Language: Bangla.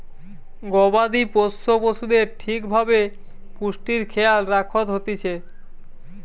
গবাদি পোষ্য পশুদের ঠিক ভাবে পুষ্টির খেয়াল রাখত হতিছে